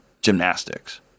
gymnastics